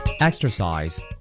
Exercise